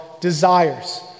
desires